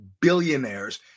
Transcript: billionaires